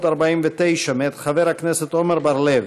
349, מאת חבר הכנסת עמר בר-לב.